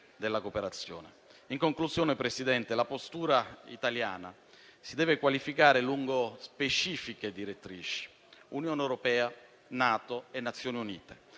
della cooperazione. In conclusione, signor Presidente, la postura italiana si deve qualificare lungo specifiche direttrici, ossia Unione Europea, NATO e Nazioni Unite,